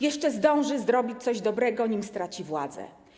Jeszcze zdąży zrobić coś dobrego, nim straci władzę.